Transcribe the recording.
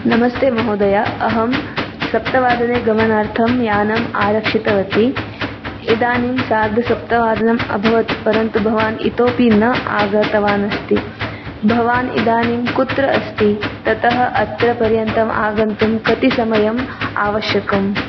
नमस्ते महोदय अहं सप्तवादने गमनार्थं यानम् आरक्षितवती इदानीं सार्धसप्तवादनम् अभवत् परन्तु भवान् इतोऽपि न आगतवान् अस्ति भवान् इदानीं कुत्र अस्ति ततः अत्र पर्यन्तम् आगन्तुं कति समयम् आवश्यकम्